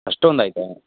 ಅಷ್ಟೊಂದು ಆಯಿತಾ